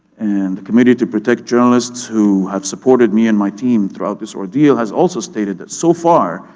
and the committee to protect journalists, who have supported me and my team throughout this ordeal, has also stated that so far,